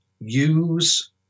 use